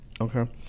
Okay